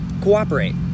cooperate